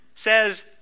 says